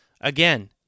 Again